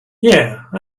yeah